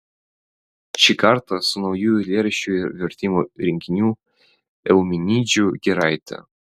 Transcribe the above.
šį kartą su nauju eilėraščių ir vertimų rinkiniu eumenidžių giraitė